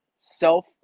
self